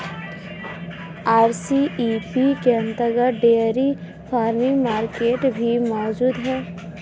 RCEP के अंतर्गत dairy farming market भी मौजूद है